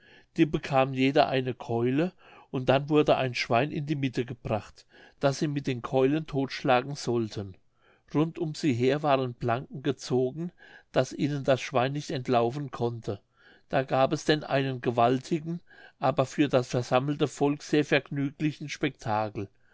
die bekamen jeder eine keule und dann wurde ein schwein in ihre mitte gebracht das sie mit den keulen todtschlagen sollten rund um sie her waren planken gezogen daß ihnen das schwein nicht entlaufen konnte da gab es denn einen gewaltigen aber für das versammelte volk sehr vergnüglichen spektakel